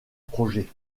projet